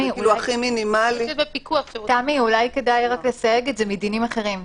אולי כדאי רק לסייג את זה מדינים אחרים.